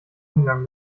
umgang